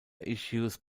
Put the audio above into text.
issues